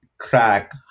track